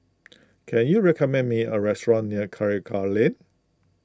can you recommend me a restaurant near Karikal Lane